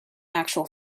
actual